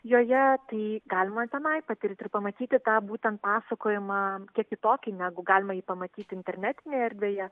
joje tai galima tenai patirti pamatyti tą būtent pasakojimą kiek kitokį negu galima pamatyti internetinėje erdvėje